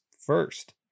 first